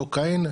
קוקאין,